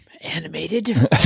animated